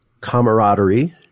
camaraderie